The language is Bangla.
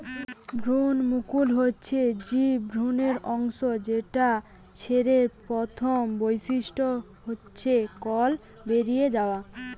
ভ্রূণমুকুল হচ্ছে বীজ ভ্রূণের অংশ যেটা ছের প্রথম বৈশিষ্ট্য হচ্ছে কল বেরি যায়